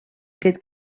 aquest